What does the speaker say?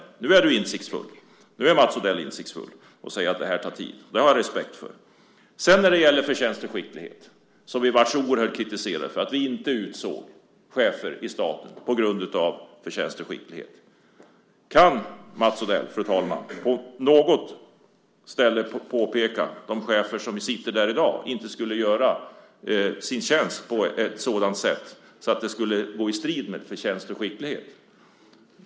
Nu är Mats Odell insiktsfull och säger att det här tar tid, och det har jag respekt för. När det gäller förtjänst och skicklighet var vi oerhört kritiserade för att vi inte utsåg chefer i staten grundat på förtjänst och skicklighet. Kan Mats Odell, fru talman, påpeka att de chefer som sitter i dag på något ställe skulle göra sin tjänst på ett sådant sätt att det skulle stå i strid med förtjänst och skicklighet?